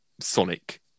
Sonic